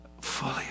Fully